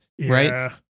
right